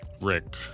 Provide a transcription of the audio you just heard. Rick